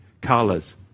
colors